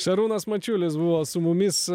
šarūnas mačiulis buvo su mumis